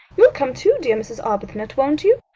you'll come too, dear mrs. arbuthnot, won't you?